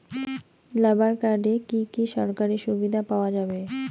Labour কার্ডে কি কি সরকারি সুবিধা পাওয়া যাবে?